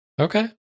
Okay